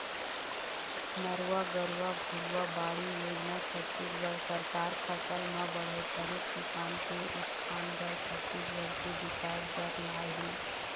नरूवा, गरूवा, घुरूवा, बाड़ी योजना छत्तीसगढ़ सरकार फसल म बड़होत्तरी, किसान के उत्थान बर, छत्तीसगढ़ के बिकास बर लाए हे